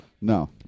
No